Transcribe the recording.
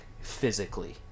physically